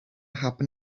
happen